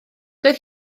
doedd